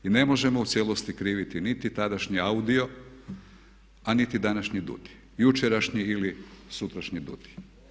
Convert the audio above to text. I ne možemo u cijelosti kriviti niti tadašnji AUDI-o a niti današnji DUUDI, jučerašnji ili sutrašnji DUUDI.